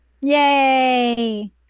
yay